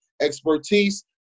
expertise